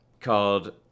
called